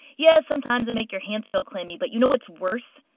yes, sometimes they make your hands feel clammy. but you know what's worse?